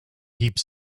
heaps